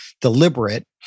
deliberate